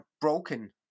broken